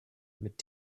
mit